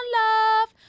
love